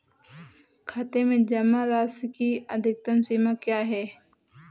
खाते में जमा राशि की अधिकतम सीमा क्या है?